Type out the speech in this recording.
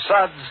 suds